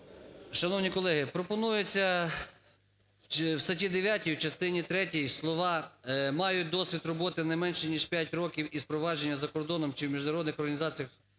Шановні колеги, пропонується в статті 9 у частині третій слова "мають досвід роботи не менше ніж п'ять років із провадження за кордоном чи в міжнародних організаціях